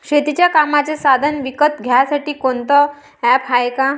शेतीच्या कामाचे साधनं विकत घ्यासाठी कोनतं ॲप हाये का?